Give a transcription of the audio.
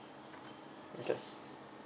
okay